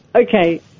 Okay